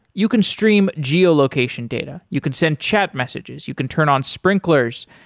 you can stream geo-location data, you can send chat messages, you can turn on sprinklers,